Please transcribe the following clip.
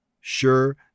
Sure